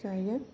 जायो